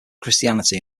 christianity